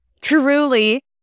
Truly